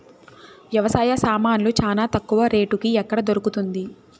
వ్యవసాయ సామాన్లు చానా తక్కువ రేటుకి ఎక్కడ దొరుకుతుంది?